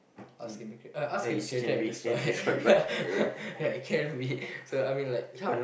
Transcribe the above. arts can be cre~ ah arts can be created and destroyed ya ya it can be so I mean like ya